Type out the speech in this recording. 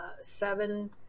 seven